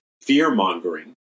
fear-mongering